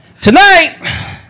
tonight